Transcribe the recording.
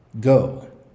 Go